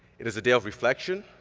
it is a day of reflection,